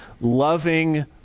Loving